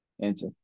Answer